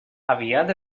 aviat